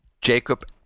Jacob